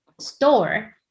store